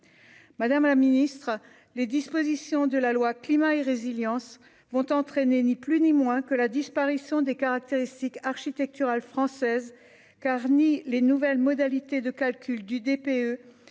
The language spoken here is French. madame la Ministre, les dispositions de la loi climat et résilience vont entraîner ni plus ni moins que la disparition des caractéristiques architecturales française car ni les nouvelles modalités de calcul du DPE